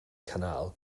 canal